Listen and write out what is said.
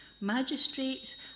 magistrates